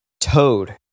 Toad